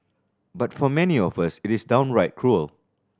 but for many of us it is downright cruel